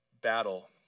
battle